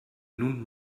nun